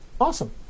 Awesome